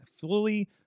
fully